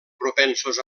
propensos